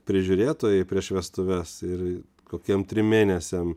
prižiūrėtojai prieš vestuves ir kokiem trim mėnesiam